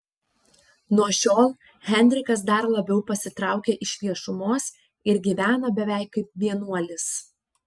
nuo šiol henrikas dar labiau pasitraukia iš viešumos ir gyvena beveik kaip vienuolis